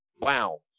wow